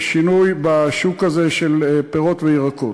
לשינוי בשוק הזה, של פירות וירקות.